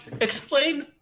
explain